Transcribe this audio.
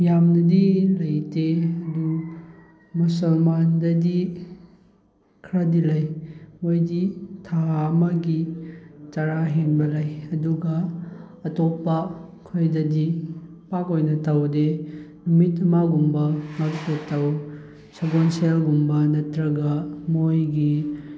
ꯌꯥꯝꯅꯗꯤ ꯂꯩꯇꯦ ꯑꯗꯨ ꯃꯨꯁꯜꯃꯥꯟꯗꯗꯤ ꯈꯔꯗꯤ ꯂꯩ ꯃꯣꯏꯗꯤ ꯊꯥ ꯑꯃꯒꯤ ꯆꯔꯥ ꯍꯦꯟꯕ ꯂꯩ ꯑꯗꯨꯒ ꯑꯇꯣꯞꯄ ꯑꯩꯈꯣꯏꯗꯗꯤ ꯄꯥꯛ ꯑꯣꯏꯅ ꯇꯧꯗꯦ ꯅꯨꯃꯤꯠ ꯑꯃꯒꯨꯝꯕ ꯕ꯭ꯔꯇ ꯇꯧ ꯁꯒꯣꯜꯁꯦꯜꯒꯨꯝꯕ ꯅꯠꯇ꯭ꯔꯒ ꯃꯣꯏꯒꯤ